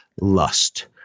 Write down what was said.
lust